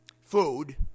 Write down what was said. Food